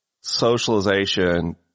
socialization